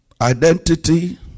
identity